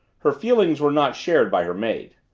her feelings were not shared by her maid.